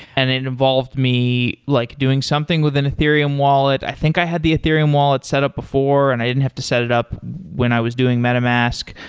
and it involved me like doing something with an ethereum wallet i think i had the ethereum wallet setup before and i didn't have to set it up when i was doing meta mask.